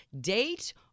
date